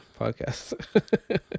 podcast